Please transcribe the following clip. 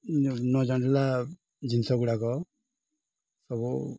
ନ ନ ଜଣିଲା ଜିନିଷ ଗୁଡ଼ାକ ସବୁ